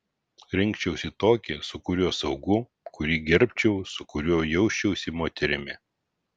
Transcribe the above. rinkčiausi tokį su kuriuo saugu kurį gerbčiau su kuriuo jausčiausi moterimi